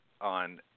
on